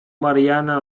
mariana